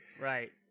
Right